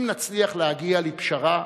אם נצליח להגיע לפשרה,